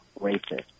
racist